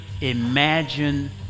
imagine